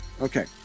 Okay